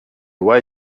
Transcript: loi